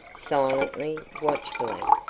silently, watchfully,